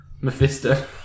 Mephisto